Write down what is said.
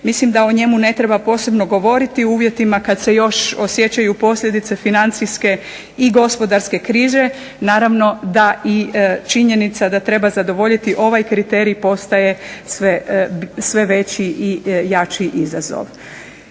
mislim da o njemu ne treba posebno govoriti u uvjetima kad se još osjećaju posljedice financijske i gospodarske krize. Naravno da i činjenica da treba zadovoljiti ovaj kriterij postaje sve veći i jači izazov.